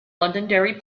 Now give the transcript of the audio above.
londonderry